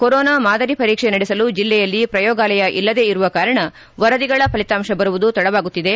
corona ಮಾದರಿ ಪರೀಕ್ಷೆ ನಡೆಸಲು ಜಿಲ್ಲೆಯಲ್ಲಿ ಪ್ರಯೋಗಾಲಯ ಇಲ್ಲದೆ ಇರುವ ಕಾರಣ ವರದಿಗಳ ಫಲಿತಾಂಶ ಬರುವುದು ತಡವಾಗುತ್ತಿದೆ